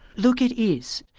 look, it is.